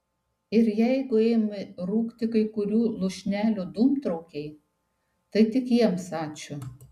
ir jeigu ėmė rūkti kai kurių lūšnelių dūmtraukiai tai tik jiems ačiū